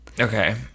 Okay